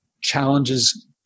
challenges